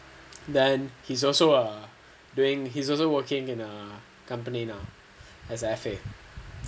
then he's also a doing he's also working in a company now as an F_A